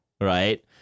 right